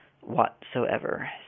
whatsoever